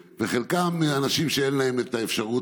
וחלקם הם אנשים שאין להם את האפשרות